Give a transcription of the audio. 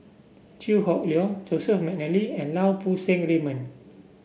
Chew Hock Leong Joseph McNally and Lau Poo Seng Raymond